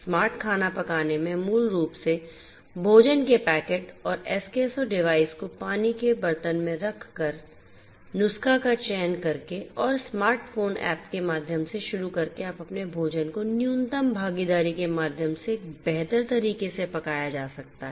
smart खाना पकाने में मूल रूप से भोजन के पैकेट और एसकेसो डिवाइस को पानी के बर्तन में रखकर नुस्खा का चयन करके और स्मार्ट फोन ऐप के माध्यम से शुरू करके आप अपने भोजन को न्यूनतम भागीदारी के माध्यम से एक बेहतर तरीके से पकाया जा सकता है